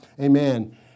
Amen